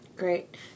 Great